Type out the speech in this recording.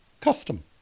custom